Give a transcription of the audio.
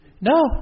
No